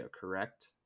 correct